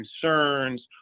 concerns